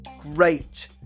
great